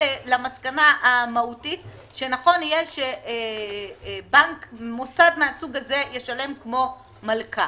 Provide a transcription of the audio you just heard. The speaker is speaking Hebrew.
למסקנה המהותית שנכון יהיה שמוסד מסוג זה ישלם כמו מלכ"ר.